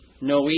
no